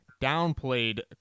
downplayed